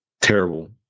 terrible